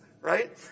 Right